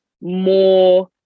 more